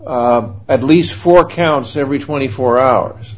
about at least four counts every twenty four hours